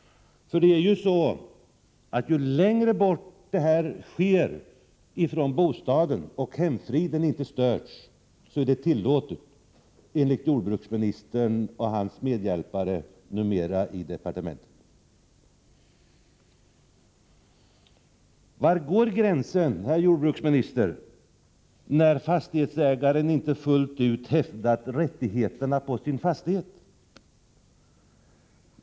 Om detta sker långt bort från bostaden störs ju inte hemfriden, och då är det tillåtet, enligt jordbruksministern och hans medhjälpare på departementet. Var går gränsen, herr jordbruksminister, för när fastighetsägaren inte fullt ut hävdat rättigheterna på sin fastighet?